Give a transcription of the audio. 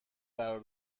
قرار